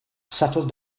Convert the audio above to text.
settled